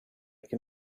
can